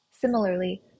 Similarly